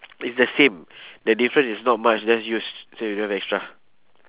it's the same the difference is not much just use say you don't have extra